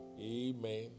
Amen